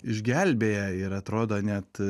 išgelbėja ir atrodo net